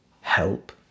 help